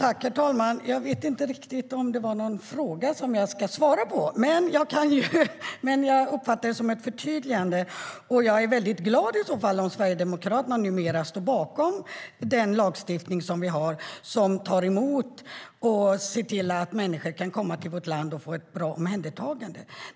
Herr talman! Jag vet inte riktigt om det fanns någon fråga jag ska svara på, men jag uppfattar detta som ett förtydligande. Jag är väldigt glad om Sverigedemokraterna numera står bakom den lagstiftning vi har när det gäller att ta emot och se till att människor kan komma till vårt land och få ett bra omhändertagande.